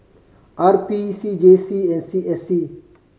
R P C J C and C S C